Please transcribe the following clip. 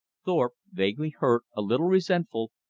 thorpe, vaguely hurt, a little resentful,